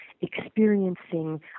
experiencing